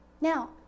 Now